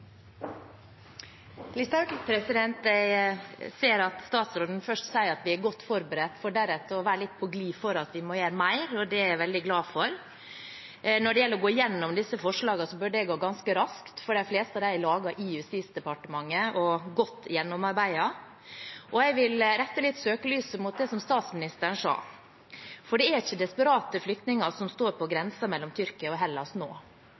å være litt på gli for at vi må gjøre mer. Det er jeg veldig glad for. Når det gjelder å gå gjennom disse forslagene, bør det gå ganske raskt, for de fleste av dem er laget i Justisdepartementet og godt gjennomarbeidet. Jeg vil rette søkelyset litt mot det statsministeren sa, for det er ikke desperate flyktninger som står på grensen mellom Tyrkia og Hellas nå.